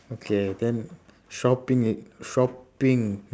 okay then shopping eh shopping